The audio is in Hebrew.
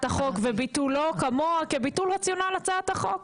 החוק וביטולו כמוה כביטול רציונל הצעת החוק.